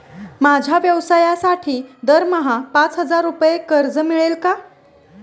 माझ्या व्यवसायासाठी दरमहा पाच हजार रुपये कर्ज मिळेल का?